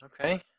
Okay